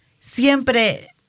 Siempre